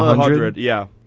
hundred, yeah.